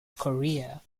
korea